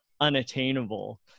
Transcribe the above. Unattainable